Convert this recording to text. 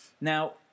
Now